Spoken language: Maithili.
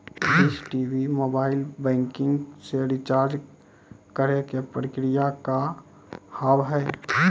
डिश टी.वी मोबाइल बैंकिंग से रिचार्ज करे के प्रक्रिया का हाव हई?